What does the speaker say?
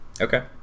Okay